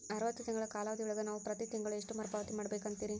ಅರವತ್ತು ತಿಂಗಳ ಕಾಲಾವಧಿ ಒಳಗ ನಾವು ಪ್ರತಿ ತಿಂಗಳು ಎಷ್ಟು ಮರುಪಾವತಿ ಮಾಡಬೇಕು ಅಂತೇರಿ?